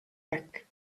back